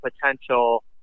potential